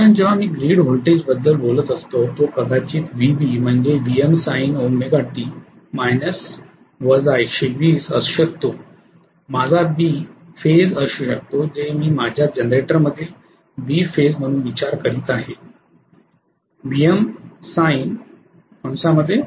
कारण जेव्हा मी ग्रीड व्होल्टेजबद्दल बोलत असतो तो कदाचित Vb म्हणजे Vm sinωt 120असू शकतो माझा बी फेज असू शकतो जे मी माझ्या जनरेटरमधील बी फेज म्हणून विचार करीत आहे Vm sinωt120असेल